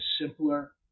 simpler